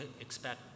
expect